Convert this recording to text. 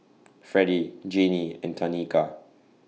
Fredie Janey and Tanika